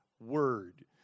word